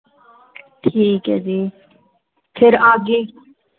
ਠੀਕ ਹੈ ਜੀ ਫਿਰ ਆ ਗਏ